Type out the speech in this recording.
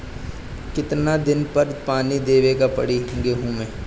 कितना दिन पर पानी देवे के पड़ी गहु में?